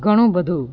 ઘણું બધું